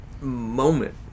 moment